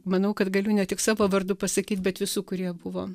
manau kad galiu ne tik savo vardu pasakyti bet visų kurie buvo